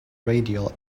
radial